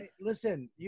Listen